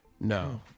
No